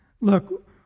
Look